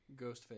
Ghostface